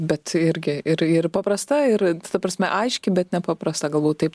bet irgi ir ir paprasta ir ta prasme aiški bet nepaprasta galbūt taip